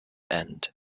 end